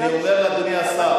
אני אומר לאדוני השר,